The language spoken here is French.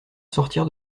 sortir